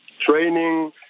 training